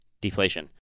Deflation